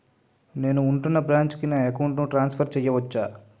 నేను ఉంటున్న బ్రాంచికి నా అకౌంట్ ను ట్రాన్సఫర్ చేయవచ్చా?